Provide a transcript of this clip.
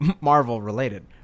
Marvel-related